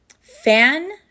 fan